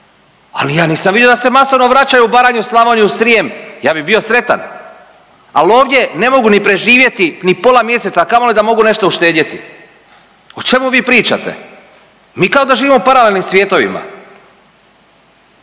ali ja nisam vidio da se masovno vraćaju u Baranju, Slavoniju, Srijem, ja bi bio sretan, ali ovdje ne mogu ni preživjeti ni pola mjeseca, a kamoli da mogu nešto uštedjeti. O čemu vi pričate? Mi kao da živimo u paralelnim svjetovima.